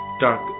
Dark